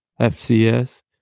FCS